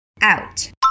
out